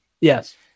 yes